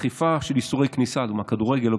אכיפה של איסורי כניסה, לדוגמה לכדורגל.